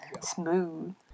smooth